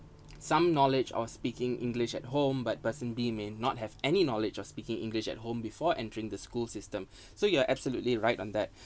some knowledge or speaking english at home but person B may not have any knowledge of speaking english at home before entering the school system so you are absolutely right on that